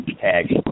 tag